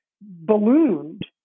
ballooned